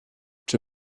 czy